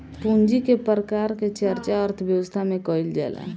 पूंजी के प्रकार के चर्चा अर्थव्यवस्था में कईल जाला